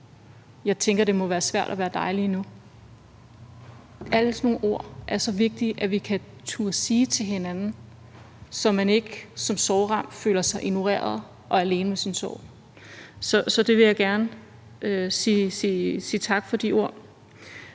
jeg tænker, det må være svært at være dig lige nu? Alle sådan nogle ord er så vigtige at turde kunne sige til hinanden, så man ikke som sorgramt føler sig ignoreret og alene med sin sorg. Så de ord vil jeg gerne sige tak for.